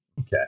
Okay